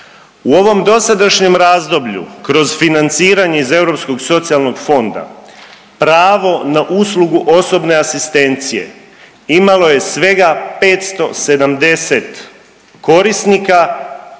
U ovom dosadašnjem razdoblju kroz financiranje iz Europskog socijalnog fonda, pravo na uslugu osobne asistencije imalo je svega 570 korisnika